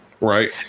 Right